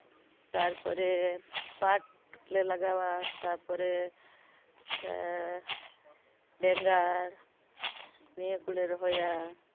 ᱛᱟᱨᱯᱚᱨᱮ ᱯᱟᱴ ᱞᱮ ᱞᱟᱜᱟᱣᱟ ᱛᱟᱨᱯᱚᱨᱮ ᱵᱮᱸᱜᱟᱲ ᱱᱤᱭᱟᱹ ᱠᱚᱞᱮ ᱨᱚᱦᱚᱭᱟ